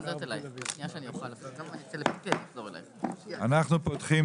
אנחנו פותחים